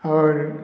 और